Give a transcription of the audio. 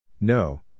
No